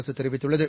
அரசு தெரிவித்துள்ளது